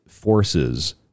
forces